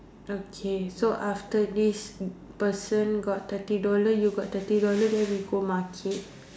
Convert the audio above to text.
okay so after this person got thirty dollar you got thirty dollar then we go market